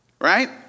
Right